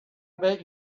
bet